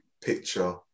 picture